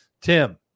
tim